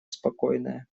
спокойная